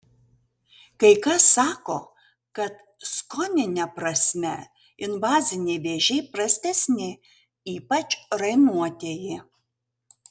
kai kas sako kad skonine prasme invaziniai vėžiai prastesni ypač rainuotieji